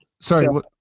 Sorry